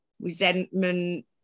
resentment